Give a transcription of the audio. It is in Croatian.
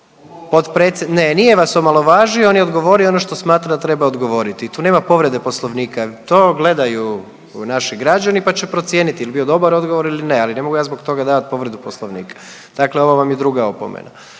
Ne, nije vas omalovažio, on je odgovorio ono što smatra da treba odgovoriti i tu nema povreda Poslovnika. To gledaju naši građani pa će procijeniti jel bio dobar odgovor ili ne, ali ne mogu ja zbog toga davat povredu Poslovnika. Dakle, ovo vam je druga opomena.